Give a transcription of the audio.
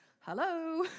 hello